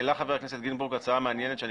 העלה חבר הכנסת גינזבורג הצעה מעניינת שאני